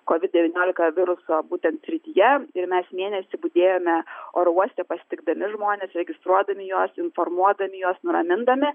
kovid devyniolika viruso būtent srityje ir mes mėnesį budėjome oro uoste pasitikdami žmones registruodami juos informuodami juos nuramindami